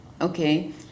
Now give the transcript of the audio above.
okay